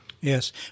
Yes